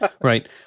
Right